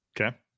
Okay